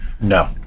no